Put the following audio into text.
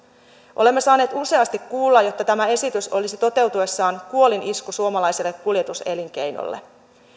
olemme saaneet useasti kuulla että tämä esitys olisi toteutuessaan kuolinisku suomalaiselle kuljetuselinkeinolle